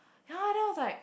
ya then I was like